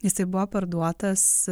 jisai buvo parduotas